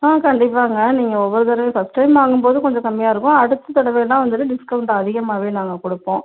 ஆ கண்டிப்பாங்க நீங்கள் ஒவ்வொரு தடவையும் ஃபர்ஸ்ட் டைம் வாங்கும் போது கொஞ்சம் கம்மியாக இருக்கும் அடுத்த தடவைனா வந்துட்டு டிஸ்கவுண்ட் அதிகமாகவே நாங்கள் கொடுப்போம்